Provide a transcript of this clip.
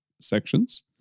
sections